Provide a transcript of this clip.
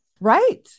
Right